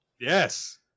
Yes